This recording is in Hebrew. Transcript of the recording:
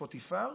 פוטיפר,